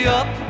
up